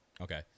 okay